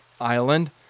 Island